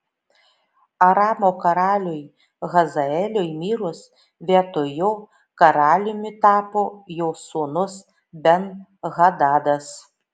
aramo karaliui hazaeliui mirus vietoj jo karaliumi tapo jo sūnus ben hadadas